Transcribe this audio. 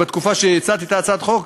בתקופה שהצעתי את הצעת החוק,